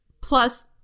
Plus